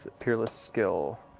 peerless skill.